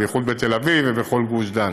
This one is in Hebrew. בייחוד בתל אביב ובכל בגוש דן.